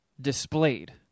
displayed